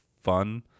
fun